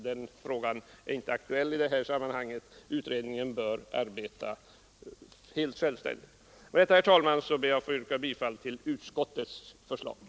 Den frågan är inte aktuell i det här sammanhanget, utan utredningen bör arbeta helt självständigt. Herr talman! Med det anförda ber jag att få yrka bifall till utskottets hemställan.